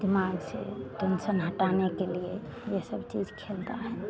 दिमाग से टेन्शन हटाने के लिए यह सब चीज़ खेलता है